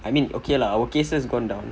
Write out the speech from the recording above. I mean okay lah our cases gone down